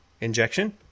injection